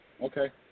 Okay